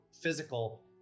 physical